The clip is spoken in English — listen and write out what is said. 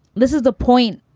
this is the point.